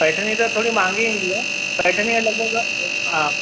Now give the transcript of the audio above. पेटनी त थोरी महांगी ईंदी आहे पेटनी जा नमूना हा